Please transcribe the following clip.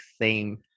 theme